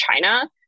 China